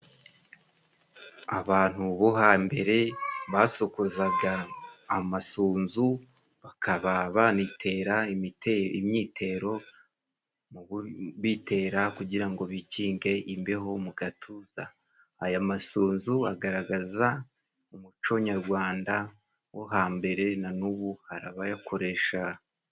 Abantu bo hambere basokozaga amasunzu, bakaba banitera imi imyitero mu bitera kugira ngo bikinge imbeho mu gatuza, aya masunzu agaragaza umuco nyarwanda wo hambere na n'ubu hari abayakoresha.